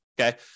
Okay